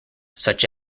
such